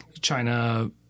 China